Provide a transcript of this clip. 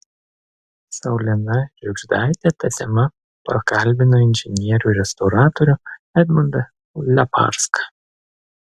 saulena žiugždaitė ta tema pakalbino inžinierių restauratorių edmundą leparską